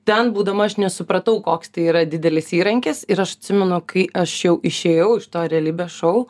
ten būdama aš nesupratau koks tai yra didelis įrankis ir aš atsimenu kai aš jau išėjau iš to realybės šou